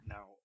Now